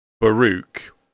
Baruch